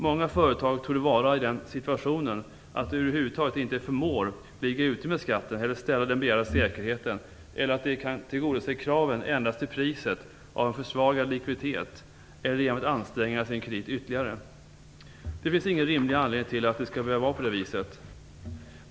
Många företag torde vara i den situationen att de över huvud taget inte förmår ligga ute med skatten eller ställa den begärda säkerheten, eller att de kan tillgodose kraven endast till priset av en försvagad likviditet eller genom att anstränga sin kredit ytterligare. Det finns ingen rimlig anledning till att det skall behöva vara på det viset.